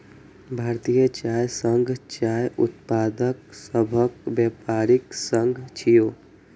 भारतीय चाय संघ चाय उत्पादक सभक व्यापारिक संघ छियै